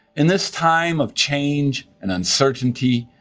in this time of change and uncertainty,